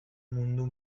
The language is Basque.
mundu